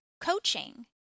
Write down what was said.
coaching